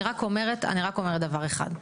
אני רק אומרת דבר אחד.